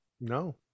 No